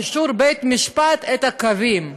באישור בית-משפט, את הקווים.